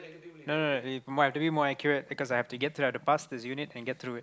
no no no if my have to be more accurate because I have to get three out a pass this unit and get through it